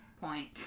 point